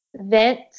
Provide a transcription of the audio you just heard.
vent